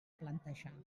plantejar